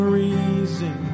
reason